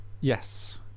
Yes